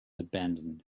abandoned